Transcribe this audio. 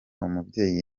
umubyeyi